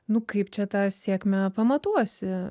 nu kaip čia tą sėkmę pamatuosi